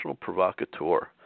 provocateur